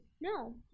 No